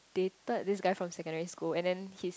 dated this guy from secondary school and then he's